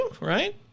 right